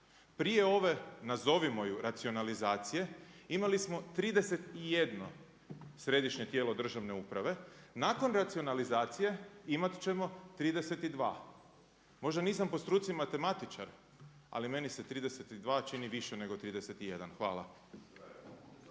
Prije ove nazovimo ju racionalizacije imali smo 31 središnje tijelo državne uprave, nakon racionalizacije imati ćemo 32. Možda nisam po struci matematičar ali meni se 32 čini više nego 31. Hvala.